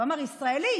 והוא אמר: ישראלי?